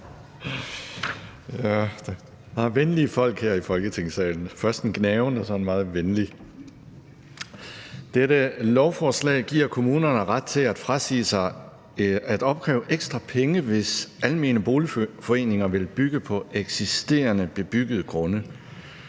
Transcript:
Der er venlige folk her i Folketingssalen, først en gnaven og så en meget venlig. Dette lovforslag giver kommunerne ret til at frasige sig at opkræve ekstra penge, hvis almene boligforeninger vil bygge på eksisterende bebyggede grunde.